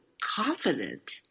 confident